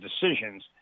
decisions